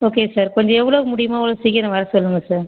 okay sir கொஞ்சம் எவ்வளோ முடியுமோ அவ்வளோ சீக்கரம் வர சொல்லுங்கள் சார்